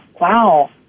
wow